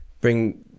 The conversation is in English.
bring